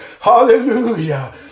Hallelujah